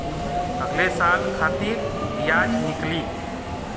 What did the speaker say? अगले साल खातिर बियाज निकली